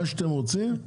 מה שאתם רוצים,